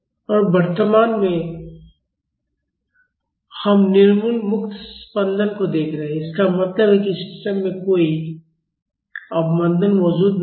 और वर्तमान में हम निर्मल मुक्त स्पंदनों को देख रहे हैं इसका मतलब है कि सिस्टम में कोई अवमंदन मौजूद नहीं है